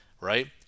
right